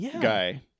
guy